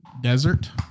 Desert